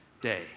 day